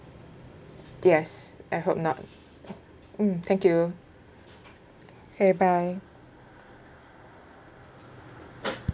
yes I hope not mm thank you K bye